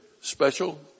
special